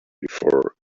before